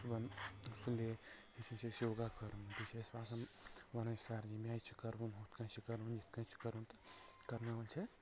صُبحن صُلے ہیٚچھن چھِ أسۍ ہوگا کرُن بیٚیہِ چھُ اسہِ باسان ونان سارنٕے مےٚ چھُ کرُن ہتھ کٔنۍ چھُ کرُن یتھ کٔنۍ چھُ کرُن تہٕ کرناون چھِ